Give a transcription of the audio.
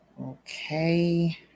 Okay